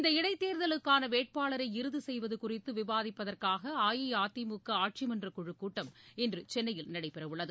இந்த இடைத்தேர்தலுக்கான வேட்பாளரை இறுதி செய்வது குறித்து விவாதிப்பதற்காக அஇஅதிமுக ஆட்சிமன்ற குழுக்கூட்டம் இன்று சென்னையில் நடைபெறவுள்ளது